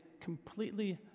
completely